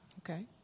Okay